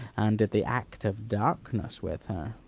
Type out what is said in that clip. and did the act of darkness with her